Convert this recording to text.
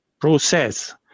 process